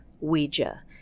Ouija